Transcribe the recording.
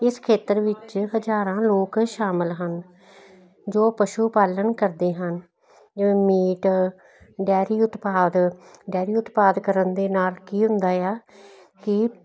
ਇਸ ਖੇਤਰ ਵਿੱਚ ਹਜ਼ਾਰਾਂ ਲੋਕ ਸ਼ਾਮਿਲ ਹਨ ਜੋ ਪਸ਼ੂ ਪਾਲਣ ਕਰਦੇ ਹਨ ਜਿਵੇਂ ਮੀਟ ਡੈਰੀ ਉਤਪਾਦ ਡੈਰੀ ਉਤਪਾਦ ਕਰਨ ਦੇ ਨਾਲ ਕੀ ਹੁੰਦਾ ਆ ਕਿ